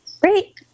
Great